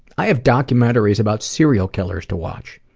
i have documentaries about serial killers to watch.